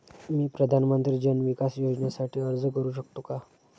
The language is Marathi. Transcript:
मी प्रधानमंत्री जन विकास योजनेसाठी अर्ज करू शकतो का?